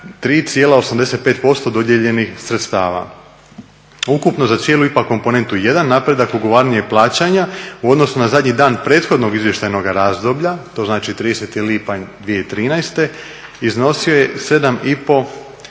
3,85% dodijeljenih sredstava. Ukupno za cijelu IPA komponentu 1 napredak ugovaranja i plaćanja u odnosu na zadnji dan prethodnog izvještajnog razdoblja, to znači 30. lipanj 2013., iznosio je 7,5